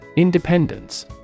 Independence